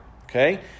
Okay